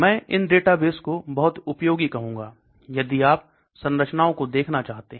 मैं इन डेटाबेस को बहुत उपयोगी कहूंगा यदि आप संरचनाओं को देखना चाहते हैं